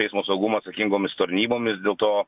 eismo saugumą atsakingomis tarnybomis dėl to